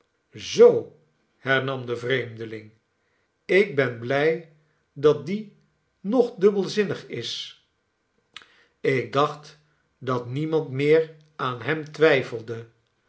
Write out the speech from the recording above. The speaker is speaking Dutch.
zoo hernam de vreemdeling ik benblij dat die nog dubbelzinnig is ik dacht dat niemand meer aan hem twijfelde